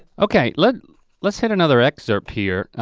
okay, let's let's hit another excerpt here.